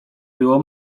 było